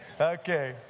Okay